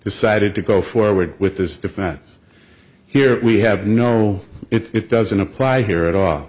decided to go forward with this difference here we have no it doesn't apply here at all